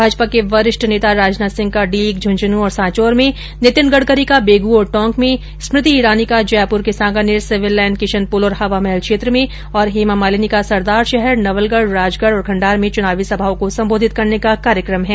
भाजपा के वरिष्ठ नेता राजनाथ सिंह का डीग झुंझुनूं और सांचोर में नितिन गड़करी का बेगू और टोंक में स्मृति ईरानी का जयपुर के सांगानेर सिविललाईन किशनपोल और हवामहल क्षेत्र में और हेमामालीनी का सरदारशहर नवलगढ राजगढ और खण्डार में चुनावी सभाओं को संबोधित करने का कार्यक्रम है